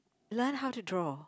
learn how to draw